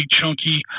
chunky